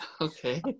Okay